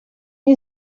you